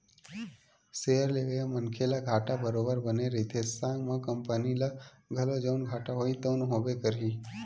share लेवइया मनखे ल घाटा बरोबर बने रहिथे संग म कंपनी ल घलो जउन घाटा होही तउन होबे करही